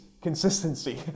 consistency